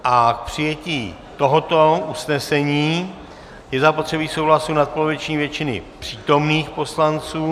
K přijetí tohoto usnesení je zapotřebí souhlasu nadpoloviční většiny přítomných poslanců.